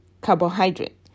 carbohydrate